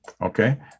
Okay